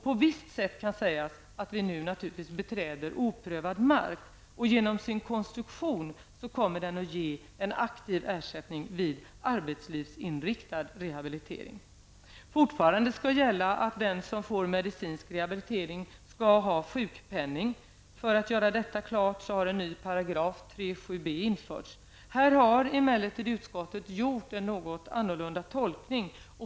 På visst sätt kan sägas att vi nu naturligtvis beträder oprövad mark. Genom sin konstruktion kommer förslaget att innebära en aktiv ersättning vid arbetslivsinriktad rehabilitering. Fortfarande skall det gälla, att den som får medicinsk rehabilitering skall ha sjukpenning. För att göra detta klart har en ny paragraf, 37 b, införts. Här har emellertid utskottet gjort en något annorlunda tolkning.